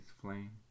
flame